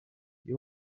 you